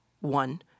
one